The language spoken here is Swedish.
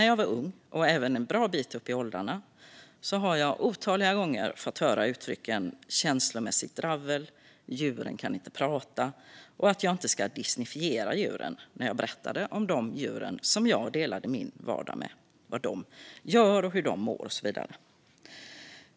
Jag har otaliga gånger - både som ung och även en bra bit upp i åldrarna - fått höra uttryck som "känslomässigt dravel" och "djuren kan inte prata" samt att jag inte ska disneyfiera djur. Detta har sagts när jag har berättat om de djur jag delar min vardag med - vad de gör, hur de mår och så vidare.